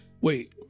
Wait